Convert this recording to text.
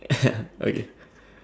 okay